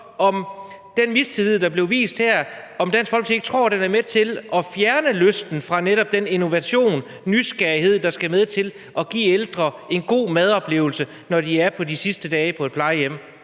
til den mistillid, der blev vist her, om Dansk Folkeparti ikke tror, at den er med til at fjerne lysten fra netop den innovation og nysgerrighed, der skal være med til at give ældre en god madoplevelse, når de i deres sidste tid på et plejehjem.